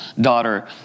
daughter